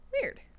weird